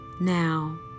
Now